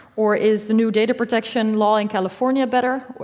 or is the new data protection law in california a better,